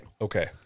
Okay